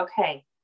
okay